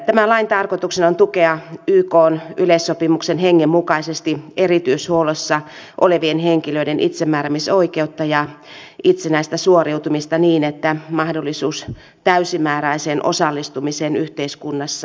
tämän lain tarkoituksena on tukea ykn yleissopimuksen hengen mukaisesti erityishuollossa olevien henkilöiden itsemääräämisoikeutta ja itsenäistä suoriutumista niin että mahdollisuus täysimääräiseen osallistumiseen yhteiskunnassa toteutuisi